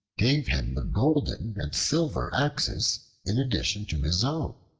gave him the golden and silver axes in addition to his own.